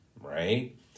right